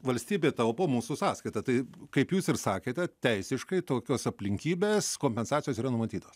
valstybė taupo mūsų sąskaita taip kaip jūs ir sakėte teisiškai tokios aplinkybės kompensacijos yra numatytos